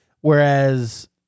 Whereas